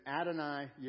Adonai